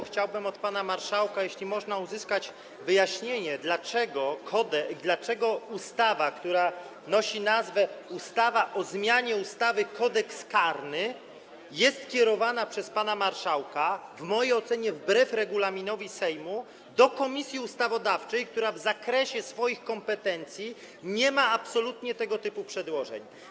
Chciałbym uzyskać od pana marszałka, jeśli można, wyjaśnienie, dlaczego ustawa, która nosi tytuł: o zmianie ustawy Kodeks karny, jest kierowana przez pana marszałka - w mojej ocenie wbrew regulaminowi Sejmu - do Komisji Ustawodawczej, która w zakresie swoich kompetencji nie ma absolutnie tego typu przedłożeń.